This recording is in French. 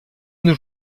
nos